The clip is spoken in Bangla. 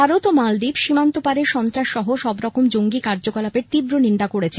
ভারত ও মালদ্বীপ সীমান্তপারের সন্ত্রাস সহ সবরকম জঙ্গি কার্যকলাপের তীব্র নিন্দা করেছে